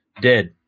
Dead